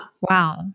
Wow